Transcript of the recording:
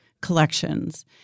collections